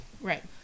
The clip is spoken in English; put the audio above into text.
Right